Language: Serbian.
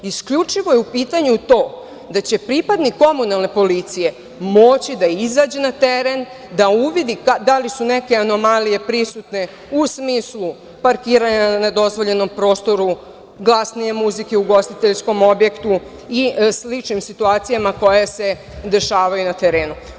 Isključivo je u pitanju to da će pripadnik komunalne policije moći da izađe na teren, da uvidi da li su neke anomalije prisutne u smislu parkiranja na nedozvoljenom prostoru, glasnija muzika u ugostiteljskom objektu i slične situacije koje se dešavaju na terenu.